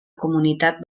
comunitat